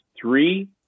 three